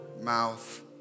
mouth